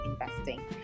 investing